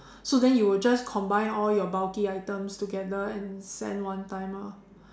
so then you will just combine all your bulky items together and send one time lah